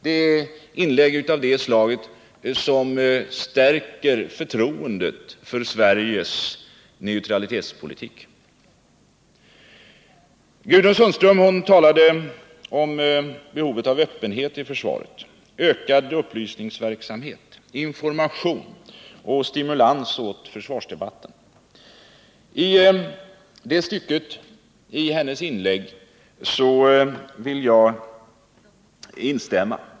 Det är inlägg av det slaget som stärker förtroendet för Sveriges neutralitetspolitik. Gudrun Sundström talade om behovet av öppenhet, ökad upplysningsverksamhet, information och om behovet av stimulans åt försvarsdebatten. I det stycket av Gudrun Sundströms anförande vill jag instämma.